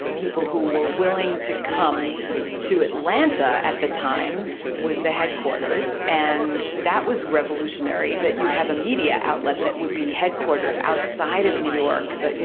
people who were willing to come to atlanta at the time was the headquarters. and that was revolutionary. that you'd have a media outlet that would be headquartered outside of new york, that, you